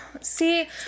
see